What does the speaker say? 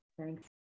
Thanks